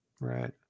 Right